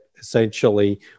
essentially